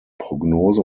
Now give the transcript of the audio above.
prognose